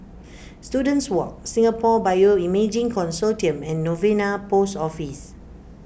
Students Walk Singapore Bioimaging Consortium and Novena Post Office